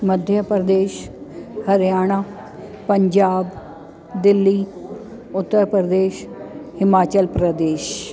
Madhya Pradesh Haryana Punjab Delhi Uttar Pradesh Himachal Pradesh